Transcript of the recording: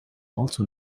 also